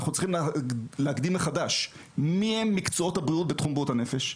אנחנו צריכים להגדיר מחדש: מיהם מקצועות הבריאות בתחום בריאות הנפש?